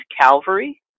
Calvary